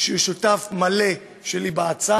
שהוא שותף מלא שלי בהצעה,